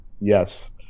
Yes